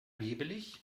nebelig